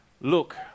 Look